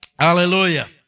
Hallelujah